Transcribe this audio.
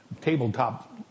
tabletop